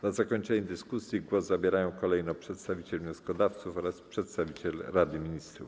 Na zakończenie dyskusji głos zabierają kolejno przedstawiciel wnioskodawców oraz przedstawiciel Rady Ministrów.